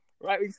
Right